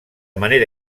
manera